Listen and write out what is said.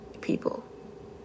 people